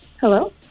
Hello